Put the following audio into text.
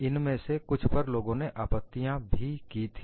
इनमें से कुछ पर लोगों ने आपत्तियां भी की थी